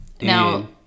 now